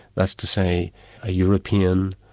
that's to say a european